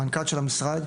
המנכ"ל של המשרד,